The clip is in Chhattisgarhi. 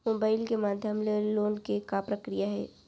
मोबाइल के माधयम ले लोन के का प्रक्रिया हे?